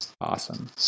Awesome